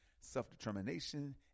self-determination